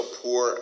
poor